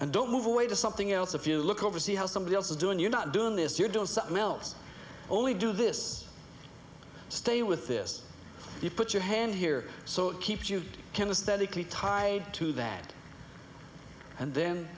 and don't move away to something else if you look over see how somebody else is doing you're not doing this you're doing something else only do this stay with this you put your hand here so it keeps you can a steady key tied to that and then